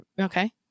Okay